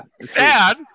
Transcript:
sad